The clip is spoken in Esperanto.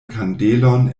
kandelon